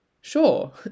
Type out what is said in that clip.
Sure